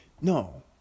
No